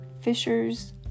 fishers